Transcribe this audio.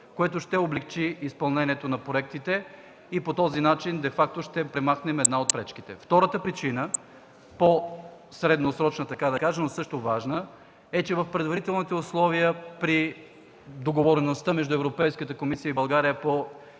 което ще облекчи изпълнението на проектите и по този начин дефакто ще премахнем една от пречките. Втората причина, по-средносрочна, така да кажем, но също важна, е, че в предварителните условия при договореността между Европейската комисия и България по